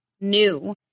new